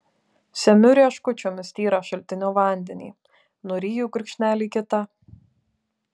semiu rieškučiomis tyrą šaltinio vandenį nuryju gurkšnelį kitą